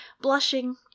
Blushing